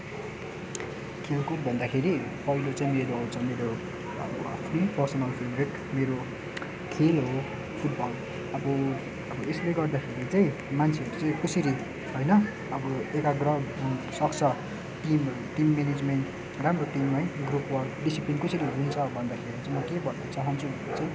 खेलकुद भन्दाखेरि पहिलो चाहिँ याद आउँछ मेरो अब आफ्नै पर्सनल फेभरेट मेरो खेल हो फुटबल अब अब यसले गर्दाखेरि चाहिँ मान्छेहरू चाहिँ कसरी होइन अब एकाग्र सक्छ टिमहरू टिम म्यानेज्मेन्ट राम्रो टिम है ग्रुपवर्क डिसिप्लिन कसरी हुन्छ भन्दाखेरि चाहिँ म के भन्न चाहन्छु भने चाहिँ